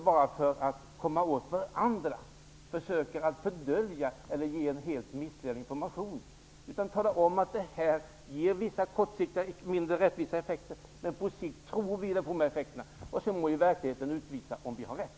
Bara för att komma åt varandra får vi inte försöka dölja eller ge missledande information. Vi måste tala om att detta kortsiktigt innebär vissa mindre rättvisa effekter, men att vi på sikt tror på effekterna. Verkligheten må sedan utvisa om vi har rätt.